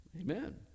Amen